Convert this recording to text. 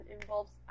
involves